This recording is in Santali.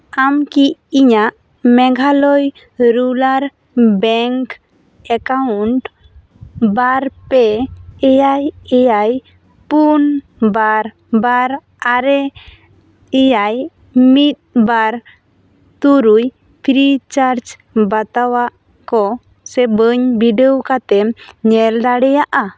ᱟᱢ ᱠᱤ ᱤᱧᱟᱜ ᱢᱮᱜᱷᱟᱞᱚᱭ ᱨᱩᱨᱟᱞ ᱵᱮᱝᱠ ᱮᱠᱟᱣᱩᱱᱴ ᱵᱟᱨ ᱯᱮ ᱮᱭᱟᱭ ᱮᱭᱟᱭ ᱯᱩᱱ ᱵᱟᱨ ᱵᱟᱨ ᱟᱨᱮ ᱮᱭᱟᱭ ᱢᱤᱫ ᱵᱟᱨ ᱛᱩᱨᱩᱭ ᱯᱷᱨᱤ ᱪᱟᱨᱡᱽ ᱵᱟᱛᱟᱣᱭᱟᱜ ᱠᱚ ᱥᱮ ᱵᱟᱹᱧ ᱵᱤᱰᱟᱹᱣ ᱠᱟᱛᱮᱢ ᱧᱮᱞ ᱫᱟᱲᱮᱭᱟᱜᱼᱟ